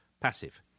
passive